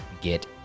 get